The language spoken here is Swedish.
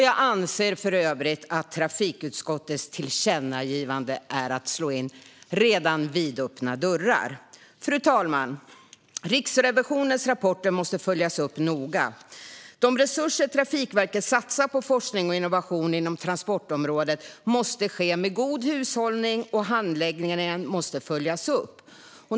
Jag anser för övrigt att trafikutskottets tillkännagivande är att slå in redan vidöppna dörrar. Fru talman! Riksrevisionens rapporter måste följas upp noga. Den satsning som Trafikverket gör med resurser på forskning och innovation inom transportområdet måste ske med god hushållning, och handläggningen måste följas upp.